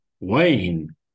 Wayne